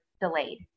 delayed